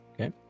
Okay